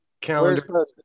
calendar